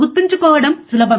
గుర్తుంచుకోవడం సులభం